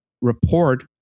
report